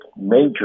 major